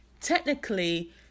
Technically